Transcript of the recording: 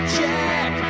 Check